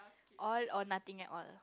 all or nothing at all